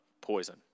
poison